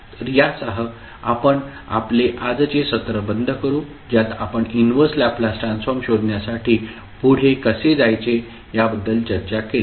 तर यासह आपण आपले आजचे सत्र बंद करू ज्यात आपण इनव्हर्स लॅपलास ट्रान्सफॉर्म शोधण्यासाठी पुढे कसे जायचे याबद्दल चर्चा केली